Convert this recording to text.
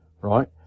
Right